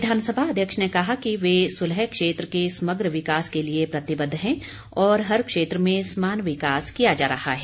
विधानसभा अध्यक्ष ने कहा कि वह सुलह क्षेत्र के समग्र विकास के लिए प्रतिबद्ध है और हर क्षेत्र में समान विकास किया जा रहा है